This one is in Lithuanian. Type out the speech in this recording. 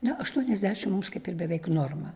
na aštuoniasdešim mums kaip ir beveik norma